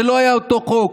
זה לא היה אותו חוק,